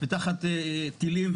ותחת טילים,